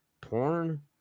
porn